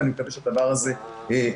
ואני מקווה שהדבר הזה יקרה.